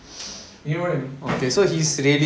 you know what I mean